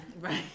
right